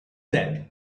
that